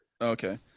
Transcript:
Okay